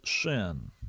sin